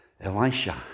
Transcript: Elisha